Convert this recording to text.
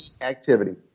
activities